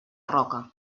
roca